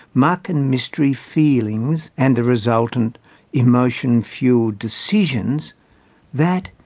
muck-and-mystery feelings and the resultant emotion-fuelled decisions that,